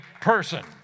person